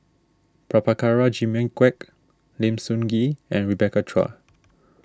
Prabhakara Jimmy Quek Lim Sun Gee and Rebecca Chua